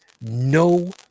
no